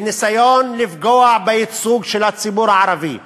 בניסיון לפגוע בייצוג של הציבור הערבי.